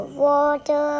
water